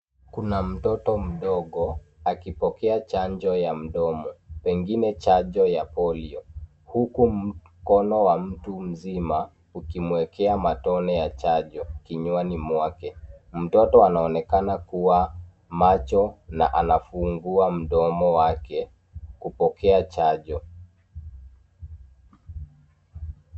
Kuna mtoto mdogo, akipokea chanjo ya mdomo pengine chanjo ya polio. Huku mkono wa mtu mzima ukimwekea matone ya chanjo kinywani mwake. Mtoto anaonekana kuwa macho na anafungua mdomo wake kupokea chanjo.